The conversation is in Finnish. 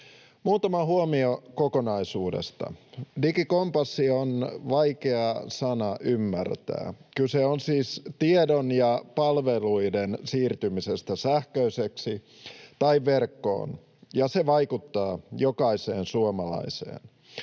Muutama huomio kokonaisuudesta: Digikompassi on vaikea sana ymmärtää. Kyse on siis tiedon ja palveluiden siirtymisestä sähköisiksi tai verkkoon, ja se vaikuttaa jokaiseen suomalaiseen.